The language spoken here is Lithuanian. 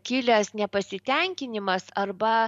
kilęs nepasitenkinimas arba